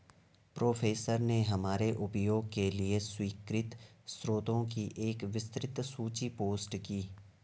professor ने हमारे उपयोग के लिए स्वीकृत स्रोतों की एक विस्तृत सूची पोस्ट की